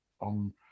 on